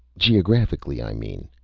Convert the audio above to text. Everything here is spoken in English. geographically, i mean.